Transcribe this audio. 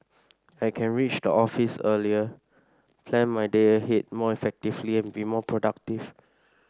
I can reach the office earlier plan my day ahead more effectively and be more productive